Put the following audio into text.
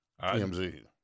TMZ